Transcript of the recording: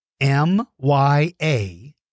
M-Y-A